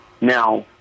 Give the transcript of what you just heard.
Now